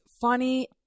funny